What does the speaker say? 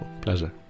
Pleasure